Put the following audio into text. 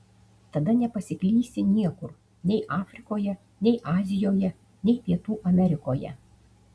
tada nepasiklysi niekur nei afrikoje nei azijoje nei pietų amerikoje